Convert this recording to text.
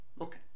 okay